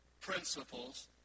principles